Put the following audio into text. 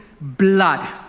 blood